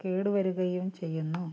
കേടു വരുകയും ചെയ്യുന്നു